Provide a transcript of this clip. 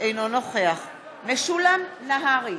אינו נוכח משולם נהרי,